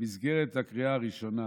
במסגרת הקריאה הראשונה